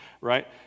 right